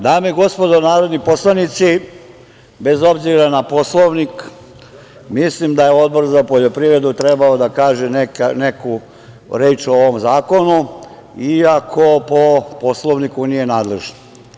Dame i gospodo narodni poslanici, bez obzira na Poslovnik, mislim da je Odbor za poljoprivredu trebao da kaže neku reč o ovom zakonu, iako po Poslovniku nije nadležan.